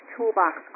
Toolbox